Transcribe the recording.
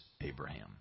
Abraham